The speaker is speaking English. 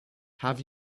have